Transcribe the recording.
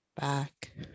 back